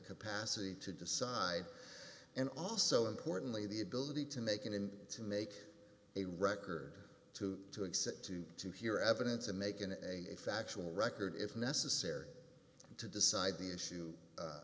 capacity to decide and also importantly the ability to make it in to make a record to to accept to to hear evidence and making a factual record if necessary to decide the issue